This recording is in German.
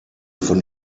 von